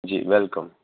જી welcome